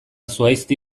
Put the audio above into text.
zuhaizti